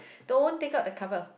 don't take out the cover